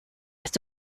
erst